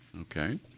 Okay